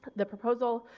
the proposal,